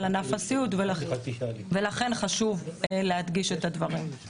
ענף הסיעוד ולכן חשוב להדגיש את הדברים.